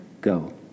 go